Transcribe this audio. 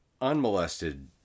unmolested